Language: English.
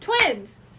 Twins